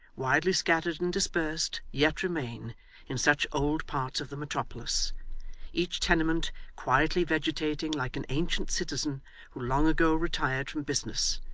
widely scattered and dispersed, yet remain in such old parts of the metropolis each tenement quietly vegetating like an ancient citizen who long ago retired from business,